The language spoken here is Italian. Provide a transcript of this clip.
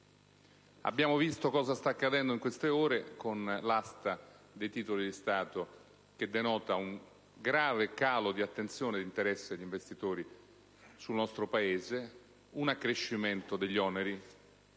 Abbiamo visto cosa sta accadendo in queste ore con l'asta dei titoli di Stato che denota un grave calo di attenzione e d'interesse degli investitori sul nostro Paese, un accrescimento degli oneri